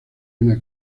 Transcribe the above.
una